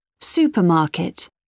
Supermarket